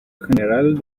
general